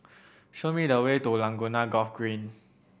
show me the way to Laguna Golf Green